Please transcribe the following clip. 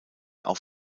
auf